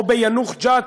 או ביאנוח-ג'ת,